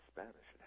Spanish